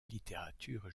littérature